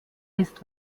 ist